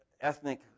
ethnic